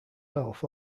health